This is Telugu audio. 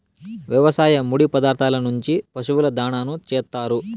వ్యవసాయ ముడి పదార్థాల నుంచి పశువుల దాణాను చేత్తారు